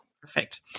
perfect